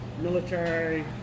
military